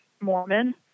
Mormon